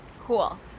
Cool